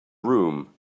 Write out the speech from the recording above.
room